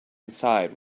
inside